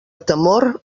temor